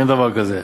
אין דבר כזה.